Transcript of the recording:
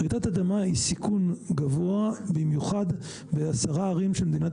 רעידת אדמה היא סיכון גבוה במיוחד ב-10 ערים שמדינת